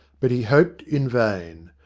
but he hoped in vain.